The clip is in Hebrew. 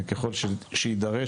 ככל שיידרש,